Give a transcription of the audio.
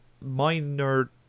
minor